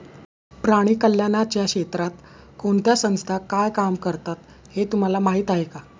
प्राणी कल्याणाच्या क्षेत्रात कोणत्या संस्था काय काम करतात हे तुम्हाला माहीत आहे का?